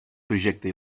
projecte